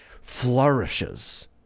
flourishes